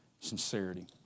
Sincerity